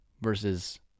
versus